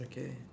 okay